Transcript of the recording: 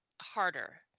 harder